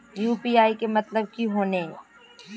UPI के मतलब की होने?